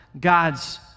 God's